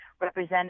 represent